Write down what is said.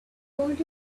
told